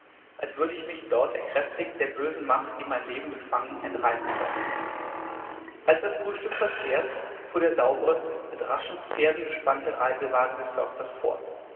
als würde ich mich dort erkräftigt der bösen macht die mein leben befangen entreißen können als das frühstück verzehrt fuhr der saubre mit raschen pferden bespannte reisewagen des försters vor